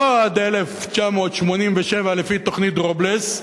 לא עד 1987 לפי תוכנית דרובלס,